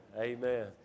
Amen